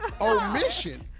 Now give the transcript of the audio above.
Omission